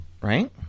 right